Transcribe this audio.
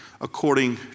according